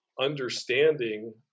understanding